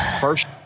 First